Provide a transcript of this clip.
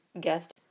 guest